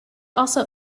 also